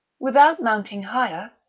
without mounting higher,